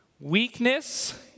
weakness